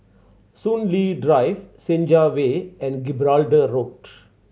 Soon Lee Drive Senja Way and Gibraltar Road